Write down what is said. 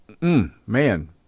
Man